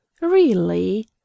Really